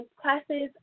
classes